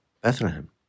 Bethlehem